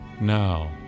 Now